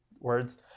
words